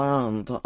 Land